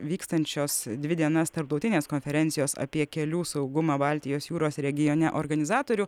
vykstančios dvi dienas tarptautinės konferencijos apie kelių saugumą baltijos jūros regione organizatorių